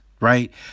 right